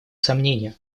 сомнению